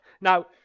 Now